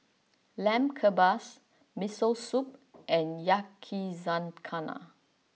Lamb Kebabs Miso Soup and Yakizakana